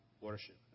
worship